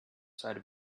side